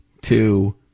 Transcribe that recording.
two